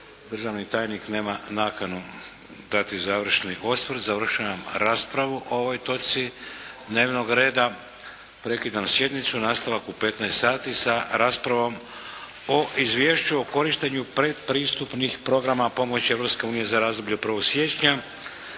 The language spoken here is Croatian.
Državni tajnik nema nakanu dati završni osvrt. Završavam raspravu o ovoj točci dnevnog reda. Prekidam sjednicu. Nastavak u 15 sati sa raspravom o Izvješću o korištenju pretpristupnih programa pomoći Europske unije za razdoblje od 1. siječnja